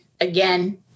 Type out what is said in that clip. again